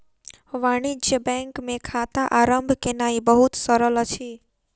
वाणिज्य बैंक मे खाता आरम्भ केनाई बहुत सरल अछि